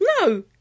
no